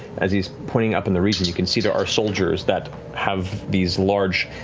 as he is pointing up in the region you can see there are soldiers that have these large,